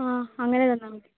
ആ അങ്ങനെ തന്നാൽമതി